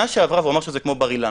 והוא אמר שזה כמו בבר אילן.